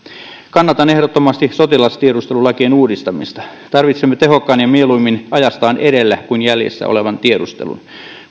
kannatan ehdottomasti sotilastiedustelulakien uudistamista tarvitsemme tehokkaan ja mieluimmin ajastaan edellä kuin jäljessä olevan tiedustelun